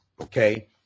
okay